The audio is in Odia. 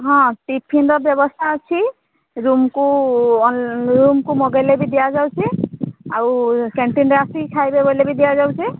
ହଁ ଟିଫିନ୍ର ବ୍ୟବସ୍ଥା ଅଛି ରୁମ୍କୁ ରୁମ୍କୁ ମଗେଇଲେ ବି ଦିଆଯାଉଛି ଆଉ କ୍ୟାଣ୍ଟିନ୍ରେ ଆସିିକି ଖାଇବେ ବୋଇଲେ ବି ଦିଆଯାଉଛି